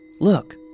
Look